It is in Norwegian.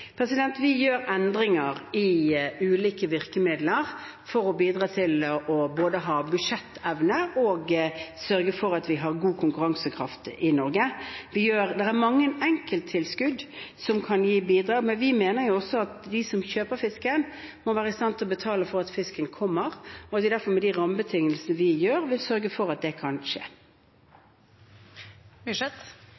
Vi gjør endringer i ulike virkemidler for å bidra til både å ha budsjettevne og å sørge for at vi har god konkurransekraft i Norge. Det er mange enkelttilskudd som kan gi bidrag, men vi mener også at de som kjøper fisken, må være i stand til å betale for at fisken kommer, og at vi derfor med de rammebetingelsene vi har, vil sørge for at det kan skje.